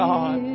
God